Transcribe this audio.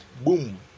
boom